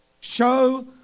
show